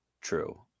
true